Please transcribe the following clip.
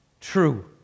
true